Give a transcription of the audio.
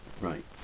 Right